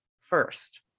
first